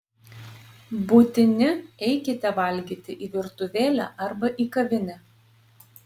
būtini eikite valgyti į virtuvėlę arba į kavinę